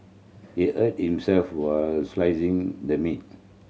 he hurt himself while slicing the meat